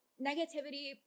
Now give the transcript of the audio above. negativity